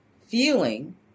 feeling